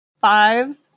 five